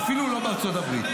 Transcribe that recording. אפילו לא בארצות הברית.